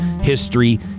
history